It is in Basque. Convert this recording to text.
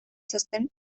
txosten